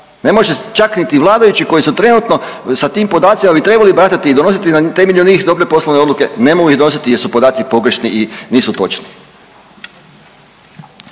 Ne može čak niti vladajući koji su trenutno sa tim podacima bi trebali baratati i donosi na temelju njih dobre poslovne odluke, ne mogu ih donositi jer su podaci pogrešni i nisu točni.